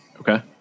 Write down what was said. okay